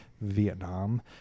vietnam